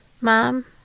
Mom